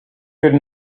could